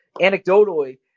anecdotally